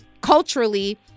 culturally